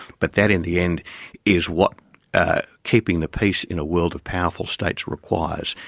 but that in the end is what ah keeping the peace in a world of powerful states requires.